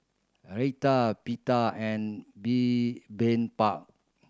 Raita Pita and Bibimbap